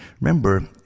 Remember